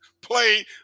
play